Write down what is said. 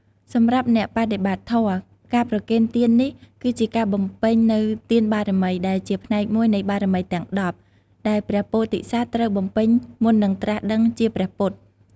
សម្រាប់អ្នកបដិបត្តិធម៌ ការប្រគេនទាននេះគឺជាការបំពេញនូវទានបារមី ដែលជាផ្នែកមួយនៃបារមីទាំង ១០ ដែលព្រះពោធិសត្វត្រូវបំពេញមុននឹងត្រាស់ដឹងជាព្រះពុទ្ធ។